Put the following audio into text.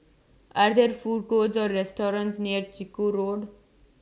Are There Food Courts Or restaurants near Chiku Road